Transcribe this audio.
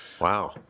Wow